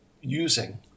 using